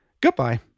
goodbye